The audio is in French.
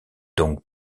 donc